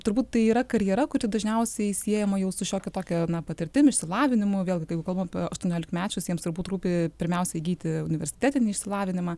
turbūt tai yra karjera kuri dažniausiai siejama jau su šiokia tokia patirtim išsilavinimu vėlgi kai jau kalbam apie aštuoniolikmečius jiems turbūt rūpi pirmiausia įgyti universitetinį išsilavinimą